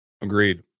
Agreed